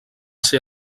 ser